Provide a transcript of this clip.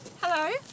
Hello